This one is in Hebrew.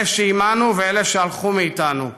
אלה שעימנו ואלה שהלכו מאיתנו,